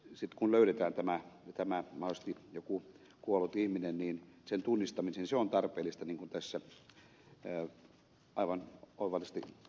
sit kun löydetään tämä ihmisten ja mahdollisesti jonkun kuolleen ihmisen tunnistamiseen on tarpeellista niin kuin tässä aivan oivallisesti ed